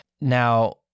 Now